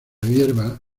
hierba